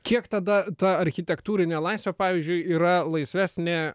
kiek tada ta architektūrinė laisvė pavyzdžiui yra laisvesnė